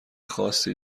خاصی